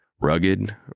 rugged